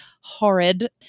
horrid